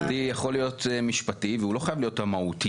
משפטי יכול להיות משפטי והוא לא חייב להיות מהותי.